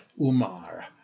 Umar